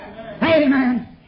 Amen